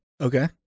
Okay